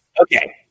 Okay